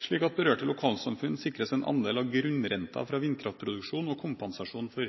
slik at berørte lokalsamfunn sikres en andel av grunnrenten fra vindkraftproduksjon og kompensasjon for